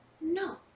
no